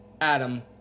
Adam